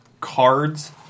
cards